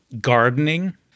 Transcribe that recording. gardening